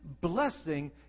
blessing